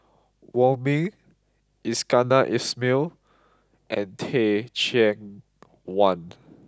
Wong Ming Iskandar Ismail and Teh Cheang Wan